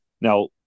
Now